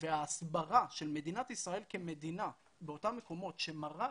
וההסברה של מדינת ישראל כמדינה באותם מקומות שמראה